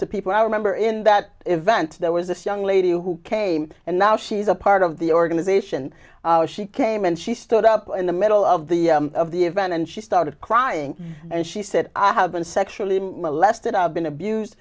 to people i remember in that event there was this young lady who came and now she's a part of the organization she came and she stood up in the middle of the of the event and she started crying and she said i have been sexually molested i've been abused